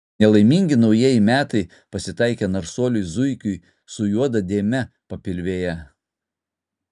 nelaimingi naujieji metai pasitaikė narsuoliui zuikiui su juoda dėme papilvėje